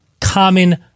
common